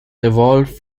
evolved